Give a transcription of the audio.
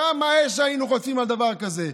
כמה אש היינו חוטפים על דבר כזה.